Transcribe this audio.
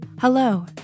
Hello